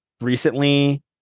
recently